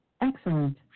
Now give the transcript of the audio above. Excellent